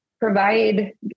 provide